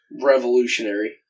Revolutionary